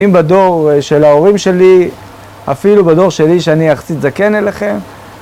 אם בדור של ההורים שלי, אפילו בדור שלי, שאני יחסית זקן אליכם